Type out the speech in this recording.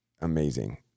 amazing